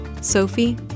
Sophie